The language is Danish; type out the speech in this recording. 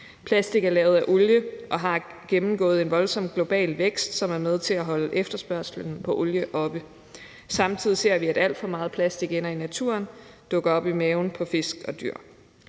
Plastik er lavet af olie og har gennemgået en voldsom global vækst, hvilket er med til at holde efterspørgslen på olie oppe. Samtidig ser vi, at alt for meget plastik ender i naturen og dukker op i maven på fisk og dyr.